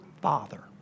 Father